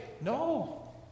No